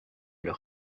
leur